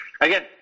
again